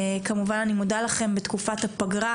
כמובן אני מודה לכם בתקופת הפגרה